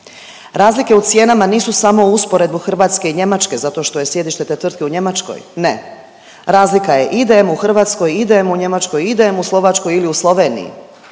Razlike u cijenama nisu samo u usporedbu Hrvatske i Njemačke zato što je sjedište te tvrtke u Njemačkoj. Ne, razlika je i DM u Hrvatskoj i DM u Njemačkoj i DM u Slovačkoj ili u Sloveniji.